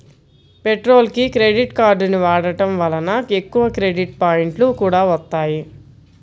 పెట్రోల్కి క్రెడిట్ కార్డుని వాడటం వలన ఎక్కువ క్రెడిట్ పాయింట్లు కూడా వత్తాయి